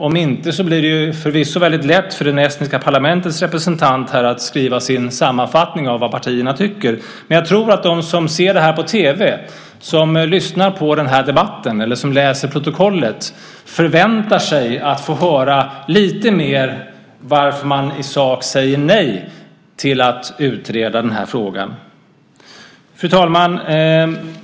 Om inte blir det förvisso lätt för det estniska parlamentets representant att skriva sin sammanfattning av vad partierna tycker. Men jag tror att de som ser det här på tv, lyssnar på debatten eller läser protokollet förväntar sig att få höra lite mer om varför man i sak säger nej till att utreda frågan. Fru talman!